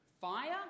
Fire